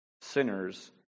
sinners